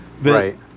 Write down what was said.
Right